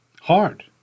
hard